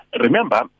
Remember